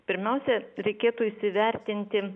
pirmiausia reikėtų įsivertinti